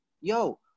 yo